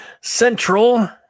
Central